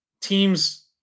teams